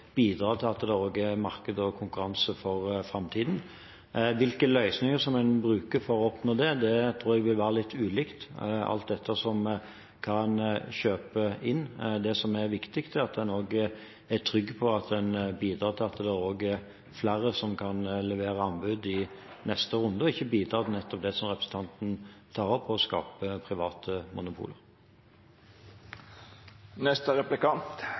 bidrar også til at det er marked og konkurranse for framtiden. Hvilke løsninger en bruker for å oppnå det, tror jeg vil være litt ulikt alt etter hva en kjøper inn. Det som er viktig, er at en er trygg på at en bidrar til at det også er flere som leverer anbud i neste runde, og ikke bidrar – som representanten tar opp – til å skape private